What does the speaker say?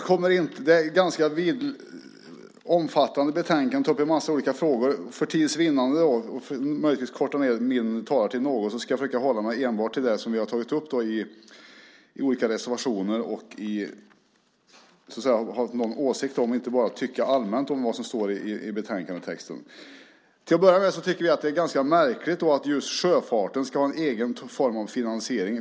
Det här är ett ganska omfattande betänkande, där en massa olika frågor tas upp. För tids vinnande, och möjligtvis för att korta ned min talartid något, ska jag försöka hålla mig enbart till det som vi har tagit upp i olika reservationer och haft någon åsikt om, och inte bara tycka allmänt om vad som står i betänkandetexten. Till att börja med tycker vi att det är ganska märkligt att just sjöfarten ska ha en egen form av finansiering.